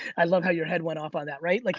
i love how your head went off on that, right? like,